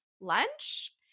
lunch